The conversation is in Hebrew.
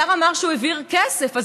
מה